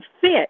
fit